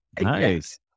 nice